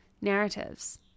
narratives